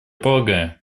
полагаю